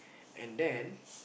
and then